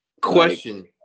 Question